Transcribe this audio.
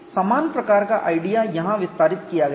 समान प्रकार का आइडिया यहां विस्तारित किया गया है